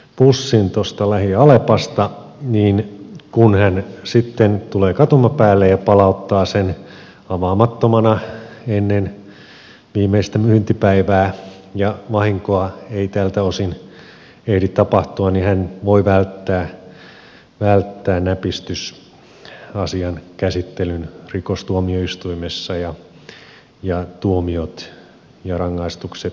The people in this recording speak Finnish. bussin taustalla karamellipussin lähi alepasta niin kun hän sitten tulee katumapäälle ja palauttaa sen avaamattomana ennen viimeistä myyntipäivää ja vahinkoa ei tältä osin ehdi tapahtua niin hän voi välttää näpistysasian käsittelyn rikostuomioistuimessa ja tuomiot ja rangaistukset siitä